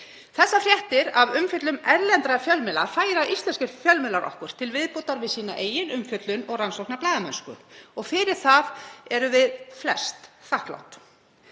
Þessar fréttir af umfjöllun erlendra fjölmiðla færa íslenskir fjölmiðlar okkur til viðbótar við sína eigin umfjöllun og rannsóknarblaðamennsku og fyrir það erum við flest þakklát.